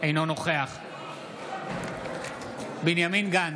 אינו נוכח בנימין גנץ,